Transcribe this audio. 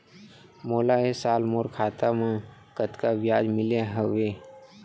मोला ए साल मोर खाता म कतका ब्याज मिले हवये?